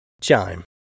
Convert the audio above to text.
Chime